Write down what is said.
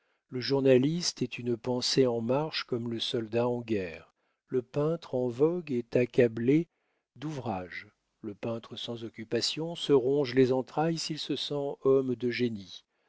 le journaliste est une pensée en marche comme le soldat en guerre le peintre en vogue est accablé d'ouvrage le peintre sans occupation se ronge les entrailles s'il se sent homme de génie